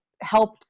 help